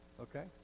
okay